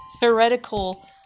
heretical